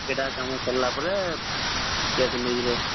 ସେହିଟା କାମ ସରିଲା ପରେ କ୍ୟାସ୍ ନେଇ ଯିବେ